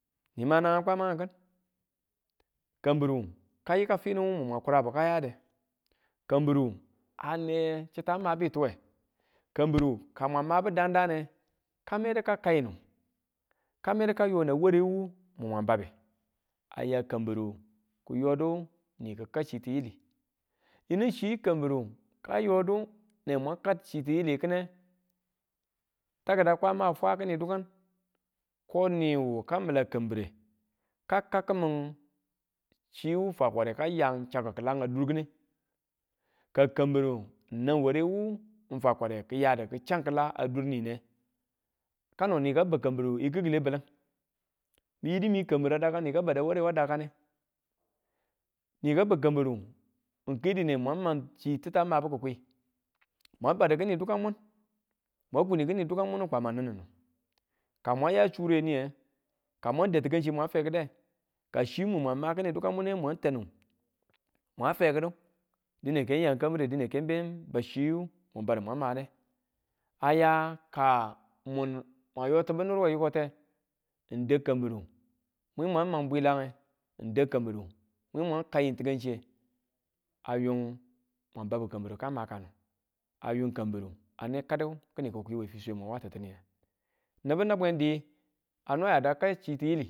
Ni ma naang kwamangin, kambiru, ka yikang finuwu wunmwan kurabu ka yade kambiru a ne chita mabituwe, kambiru ka mwan madu dandane kamedu ka kainu kamedu ka yo na ware wu mun mwan babbe, aya kambiru ki yodu ni ki̱ kak chi tiyili, yini chi kambiru kayodu ne mwa kak chi tiyili ki̱ne, taki̱da Kwama a fwa kini dukan, ko niwu ka mila kambire kakkimin chiwu fwakware ka yang chakku kila a durki̱ne, ka kambiru nang warewu n fwakware kiya du ki chak kila a durni ne, kano ni ka bub kambiru a ki̱k wule baleng, mi yidimi kambiru a kadakan ni ka baddu a wure wa kadakane, ni ka bab kambiru, n ke dine man machitu ma mabi ki̱kwi mwan badu kini dukan mwun mwan kuni kini dukan mun kwama ninu, ka mwan ya chure niye ka mwan da̱u tikangchi mwang fekide ka chi mun mang kini dukan mune mwan tanu, mwan fekidu dine ke yang kambire dine ke beng bau chi mun badu mwan made a ya ka mun mwan yotibu nir we yikote n dau kambiru mwi ma mwan bwilange, n dau kambiru mwin mwan kayi tikanchiyne a yung ma babu kambiru ka makanu a yung kambiru ane kadu kini ki̱kwi we fiswe mo wa tiniye nibu nabwen dii a no yada kau chi tiyili.